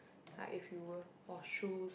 like if you were or shoes